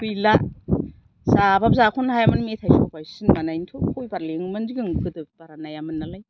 गैला जाबाबो जाख'नो हायामोन मेथाइ सबाय सिनिमा नायनोथ' खयबार लेङोमोन जों गोदो बारा नायामोन नालाय